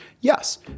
Yes